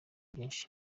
byinshi